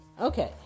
Okay